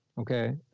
Okay